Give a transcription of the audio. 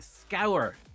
scour